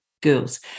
girls